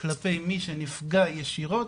כלפי מי שנפגע ישירות,